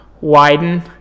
widen